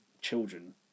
children